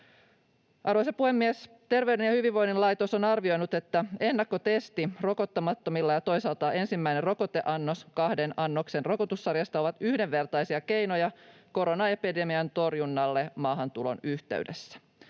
Arvoisa puhemies! Terveyden ja hyvinvoinnin laitos on arvioinut, että ennakkotesti rokottamattomille ja toisaalta ensimmäinen rokoteannos kahden annoksen rokotussarjasta ovat yhdenvertaisia keinoja koronaepidemian torjunnalle maahantulon yhteydessä.